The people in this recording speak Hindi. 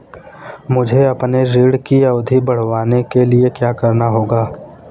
मुझे अपने ऋण की अवधि बढ़वाने के लिए क्या करना होगा?